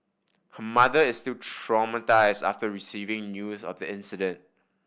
her mother is still traumatised after receiving news of the accident